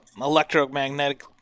electromagnetic